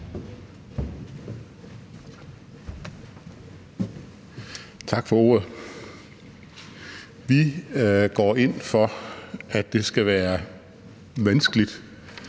Tak for ordet. Vi går ind for, at det skal være vanskeligt